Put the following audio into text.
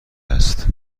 است